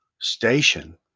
station